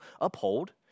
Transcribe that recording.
uphold